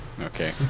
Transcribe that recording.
Okay